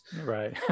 Right